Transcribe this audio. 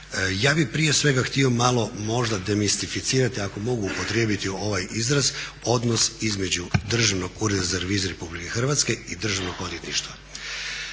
Ja bih prije svega htio malo možda demistificirati ako mogu upotrijebiti ovaj izraz, odnos između Državnog ureda za reviziju Republike Hrvatske i Državnog odvjetništva.